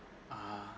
ah